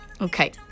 Okay